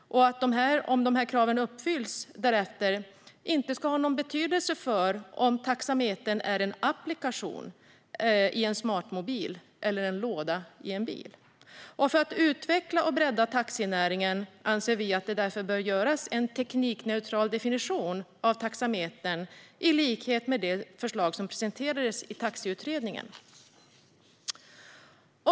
Om dessa krav uppfylls ska det därefter inte ha någon betydelse om taxametern är en applikation i en smartmobil eller en låda i en bil. För att utveckla och bredda taxinäringen anser vi att det därför bör införas en teknikneutral definition av taxameter i likhet med det förslag som presenterades av Taxiutredningen.